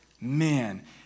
Man